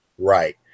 right